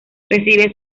recibe